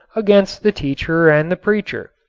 against the teacher and the preacher,